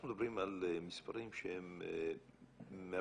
אנחנו מדברים על מספרים שהם מרפרפים